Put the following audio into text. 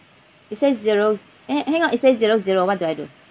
it says zeroes hang hang out it says zero zero what do I do